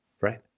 right